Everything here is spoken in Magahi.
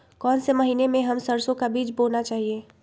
कौन से महीने में हम सरसो का बीज बोना चाहिए?